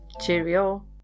Cheerio